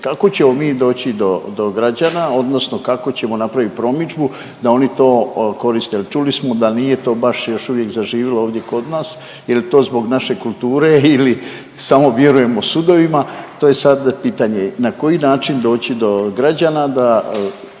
Kako ćemo mi doći do građana, odnosno kako ćemo napraviti promidžbu da oni to koriste, jer čuli smo da nije to baš još uvijek zaživjelo ovdje kod nas jel' je to zbog naše kulture ili samo vjerujemo sudovima to je sad pitanje na koji način doći do građana da